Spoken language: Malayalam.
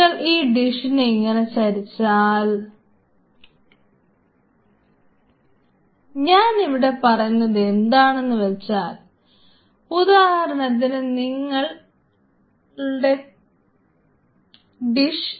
നിങ്ങൾ ഈ ഡിഷ്നെ ഇങ്ങനെ ചരിച്ചാൽ ഞാൻ ഇവിടെ പറയുന്നത് എന്താണെന്ന് വെച്ചാൽ ഉദാഹരണത്തിന് ഇതാണ് നിങ്ങളുടെ ഡിഷ്